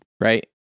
Right